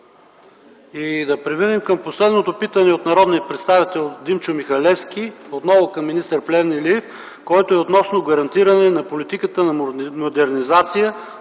Да преминем към последното питане от народния представител Димчо Михалевски, отново към министър Росен Плевнелиев, относно гарантиране политиката на модернизация